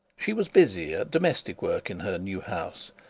she was busy at domestic work in her new house,